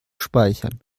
speichern